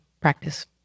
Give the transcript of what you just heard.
Practice